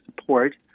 support